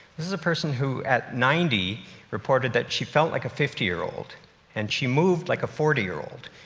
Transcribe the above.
this is a person who at ninety reported that she felt like a fifty year old and she moved like a forty year old.